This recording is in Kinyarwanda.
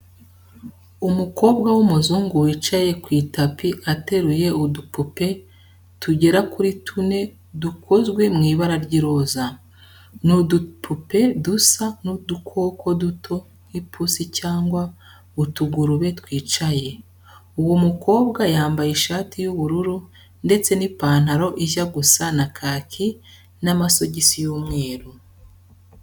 Umukobwa w'umuzungu wicaye ku itapi ateruye udupupe tugera kuri tune dukozwe mu ibara ry'iroza. Ni udupupe dusa n'udukoko duto nk'ipusi cyangwa utugurube twicaye. Uwo mukobwa yambaye ishati y'ubururu ndetse n'ipantaro ijya gusa na kaki n'amasogisi y'umweru.